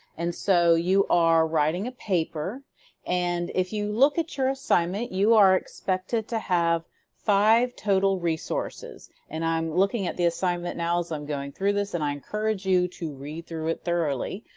and so you are writing a paper and if you look at your assignment you are expected to have five total resources. and i'm looking at the assignment now as i'm going through this. and i encourage you to read through it thoroughly.